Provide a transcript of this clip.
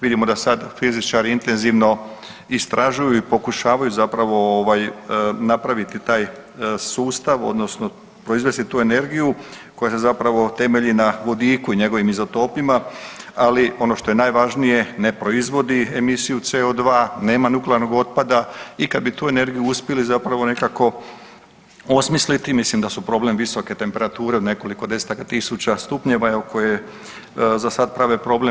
Vidimo da sad fizičari intenzivno istražuju i pokušavaju zapravo ovaj napraviti taj sustav odnosno proizvesti tu energiju koja se zapravo temelji na vodiku i njegovim izotopima, ali ono što je najvažnije ne proizvodi emisiju CO2, nema nuklearnog otpada i kad bi tu energiju uspjeli zapravo nekako osmisliti mislim da su problem visoke temperature od nekoliko desetaka tisuća stupnjeva jel koje za sada prave problem.